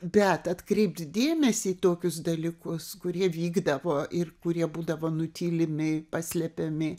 bet atkreipt dėmesį į tokius dalykus kurie vykdavo ir kurie būdavo nutylimi paslepiami